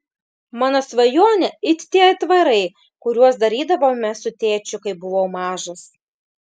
mano svajonė it tie aitvarai kuriuos darydavome su tėčiu kai buvau mažas